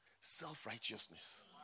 self-righteousness